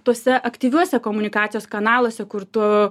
tuose aktyviuose komunikacijos kanaluose kur tu